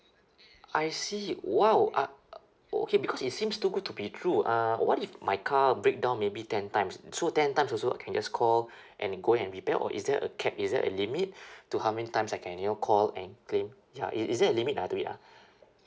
I see !wow! uh okay because it seems too good to be true uh what if my car break down maybe ten times so ten times also I can just call and go and repair or is there a cap is there a limit to how many times I can you know call and claim ya is is there a limit ah to it ah